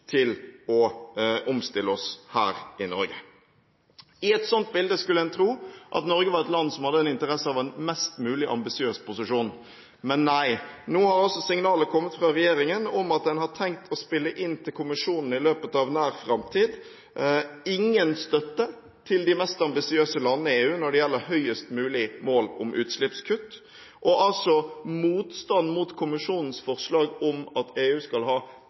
til å omstille oss her i Norge. I et slikt bilde skulle man tro at Norge var et land som hadde interesse av en mest mulig ambisiøs posisjon. Men nei, nå har signalet kommet fra regjeringen om at en har tenkt å spille inn til kommisjonen i løpet av nær framtid: ingen støtte til de mest ambisiøse landene i EU når det gjelder høyest mulig mål om utslippskutt, og altså motstand mot kommisjonens forslag om at EU skal ha